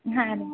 ಹಾಂ